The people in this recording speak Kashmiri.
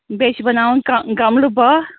بیٚیہِ چھِ بَناوُن کا گَملہٕ باہ